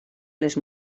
les